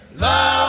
love